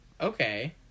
Okay